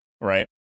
Right